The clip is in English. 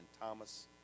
Thomas